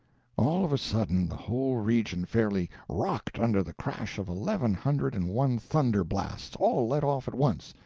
all of a sudden the whole region fairly rocked under the crash of eleven hundred and one thunder blasts, all let off at once,